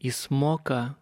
jis moka